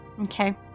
Okay